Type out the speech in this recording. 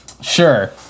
sure